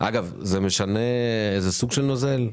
אגב, זה משנה איזה סוג של נוזל?